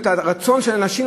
את הרצון של הנשים?